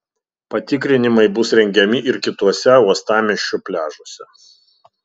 patikrinimai bus rengiami ir kituose uostamiesčio pliažuose